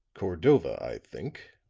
cordova, i think,